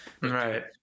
Right